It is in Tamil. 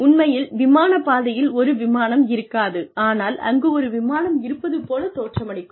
உண்மையில் விமான பாதையில் ஒரு விமானம் இருக்காது ஆனால் அங்கு ஒரு விமானம் இருப்பது போலத் தோற்றமளிக்கும்